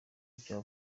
ibya